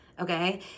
Okay